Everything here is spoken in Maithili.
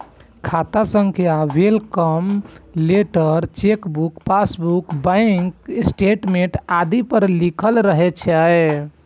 खाता संख्या welcome letter, chequebook, passbook, bank statement आदि पर लिखल रहै छै